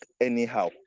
anyhow